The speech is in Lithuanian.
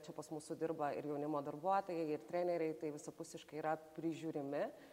čia pas mūsų dirba ir jaunimo darbuotojai ir treneriai tai visapusiškai yra prižiūrimi